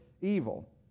evil